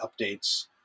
updates